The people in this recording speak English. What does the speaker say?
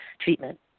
treatment